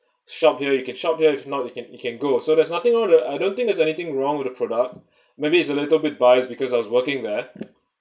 shop here you can shop here if not you can you can go so there's nothing with the I don't think there's anything wrong with the product maybe it's a little bit biased because I was working there